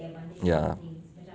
ya